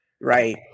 Right